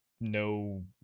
no